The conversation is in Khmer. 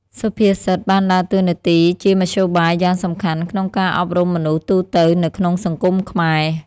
សុភាសិតបានដើរតួនាទីជាមធ្យោបាយយ៉ាងសំខាន់ក្នុងការអប់រំមនុស្សទូទៅនៅក្នុងសង្គមខ្មែរ។